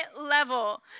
level